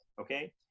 Okay